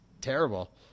terrible